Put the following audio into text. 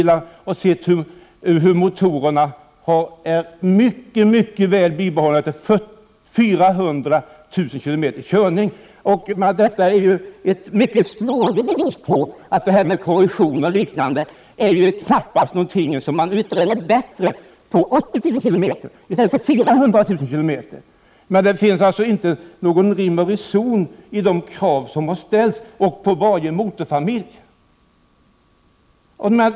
Jag har sett motorer på taxibilar som är synnerligen välbehållna efter 400 000 kilometers körning. Det är ett mycket slående bevis för att detta med korrosion och liknande knappast är någonting som man utröner bättre vid 80 000 kilometer än vid 400 000 kilometer. Det krav som har ställts på varje motorfamilj saknar således all rim och reson.